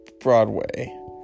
Broadway